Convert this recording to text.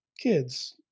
kids